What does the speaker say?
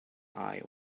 eye